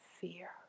fear